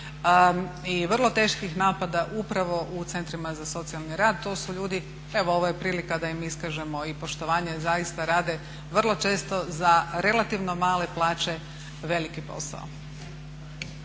i vrlo teških napada upravo u centrima za socijalni rad. To su ljudi, evo ovo je prilika da im iskažemo i poštovanje, zaista rade vrlo često za relativno male plaće veliki posao.